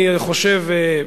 אני חושב,